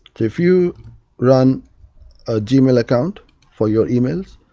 if you run a g-mail account for your emails,